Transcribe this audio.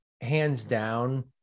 hands-down